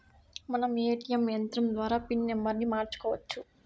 మనం ఏ.టీ.యం యంత్రం ద్వారా పిన్ నంబర్ని మార్చుకోవచ్చు